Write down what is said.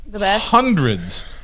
hundreds